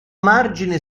margine